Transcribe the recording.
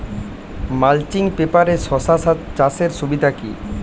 Mulching পেপারে শসা চাষের সুবিধা কি?